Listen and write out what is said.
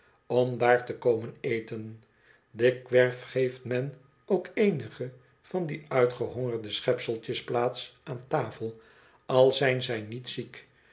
om daar te komen eten dikwerf geeft men ook eenige van die uitgehongerde schepseltjes plaats aan tafel al zijn zij niet ziek